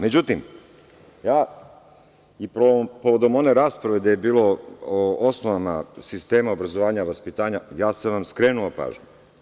Međutim, i povodom one rasprave gde je bilo o osnovama sistema obrazovanja i vaspitanja skrenuo sam vam pažnju.